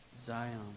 Zion